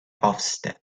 ofsted